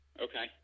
okay